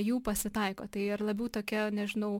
jų pasitaiko tai ar labiau tokia nežinau